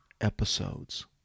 episodes